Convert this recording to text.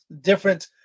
different